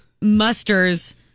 musters